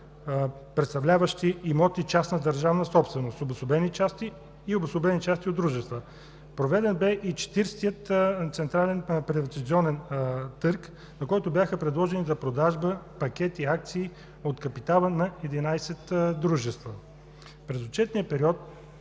представляващи имоти частна държавна собственост, обособени части и обособени части от дружества. Проведен бе и Четиридесетият централен приватизационен търг, на който бяха предложени за продажба пакети и акции от капитала на 11 дружества. През отчетния период